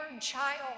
child